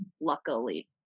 luckily